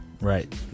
Right